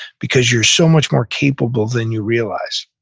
because you're so much more capable than you realize.